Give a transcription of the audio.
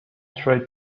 try